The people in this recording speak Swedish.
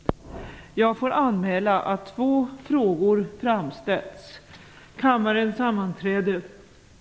Inga repliker i denna del av utrikesdebatten.